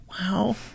Wow